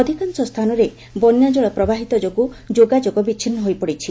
ଅଧିକାଂଶ ସ୍ଥାନରେ ବନ୍ୟା ଜଳ ପ୍ରବାହ ଯୋଗୁଁ ଯୋଗାଯୋଗ ବିଚ୍ଛିନ୍ନ ହୋଇପଡିଛି